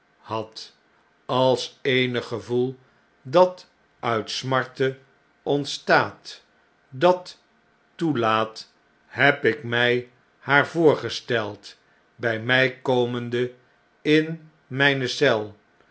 had als eenig gevoel dat uit smarte ontstaat dat toelaat heb ik mij haar voorgesteld by mij komende in mijne eel